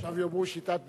עכשיו יאמרו "שיטת בילסקי".